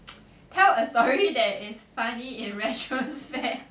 tell a story that is funny in retrospect